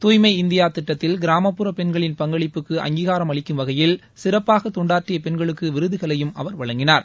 தூய்மை இந்தியா திட்டத்தில் கிராமப்புற பெண்களின் பங்களிப்புக்கு அங்கீகாரம் அளிக்கும் வகையில் சிறப்பாக தொண்டாற்றிய பெண்களுக்கு விருதுகளையும் அவர் வழங்கினார்